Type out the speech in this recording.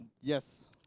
Yes